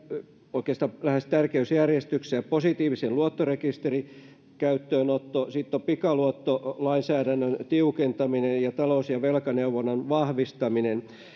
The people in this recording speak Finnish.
oikeastaan lähes tärkeysjärjestyksessä positiivisen luottorekisterin käyttöönotto sitten on pikaluottolainsäädännön tiukentaminen ja talous ja velkaneuvonnan vahvistaminen